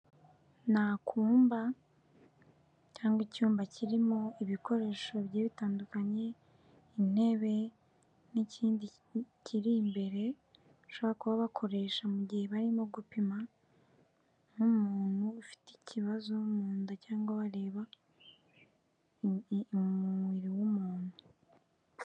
Ni akumba cyangwa icyumba kirimo ibikoresho bigiye bitandukanye, intebe n'ikindi kiri imbere bashobora kuba bakoresha mu gihe barimo gupima nk'umuntu ufite ikibazo mu nda cyangwa bareba mu mubiri w'umuntu.